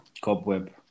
cobweb